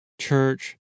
church